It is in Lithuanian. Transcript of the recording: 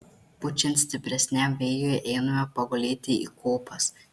pučiant stipresniam vėjui einame pagulėti į kopas